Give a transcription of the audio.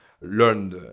learned